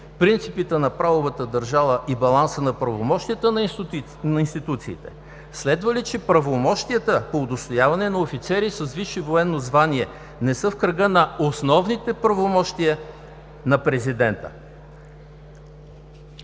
принципите на правовата държава и баланса на правомощията на институциите, следва ли, че правомощията по удостояване на офицери с висше военно звание не са в кръга на основните правомощия на президента?